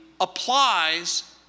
applies